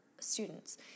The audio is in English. students